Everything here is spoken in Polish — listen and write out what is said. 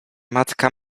matka